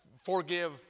forgive